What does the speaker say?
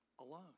alone